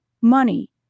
money